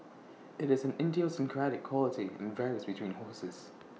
IT is an idiosyncratic quality and varies between horses